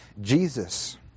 Jesus